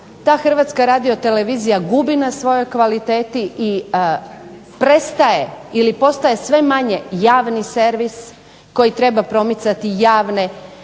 ta Hrvatska radiotelevizija gubi na svojoj kvaliteti i prestaje ili postaje sve manje javni servis koji treba promicati javne